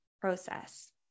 process